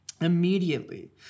Immediately